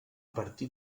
partir